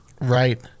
Right